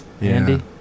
Andy